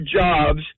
jobs